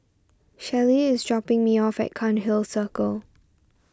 Shelly is dropping me off at Cairnhill Circle